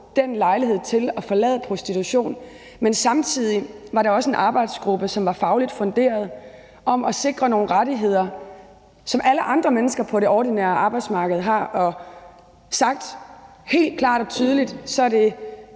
lejligheden til at forlade prostitution. Men samtidig var det også en arbejdsgruppe, som var fagligt funderet, og som skulle sikre nogle rettigheder, som alle andre mennesker på det ordinære arbejdsmarked har. For at sige det helt klart og tydeligt er det